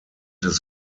his